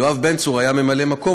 יואב בן צור היה ממלא מקום,